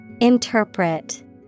Interpret